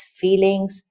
feelings